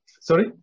Sorry